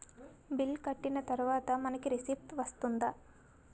Bill కట్టిన తర్వాత మనకి రిసీప్ట్ వస్తుందా?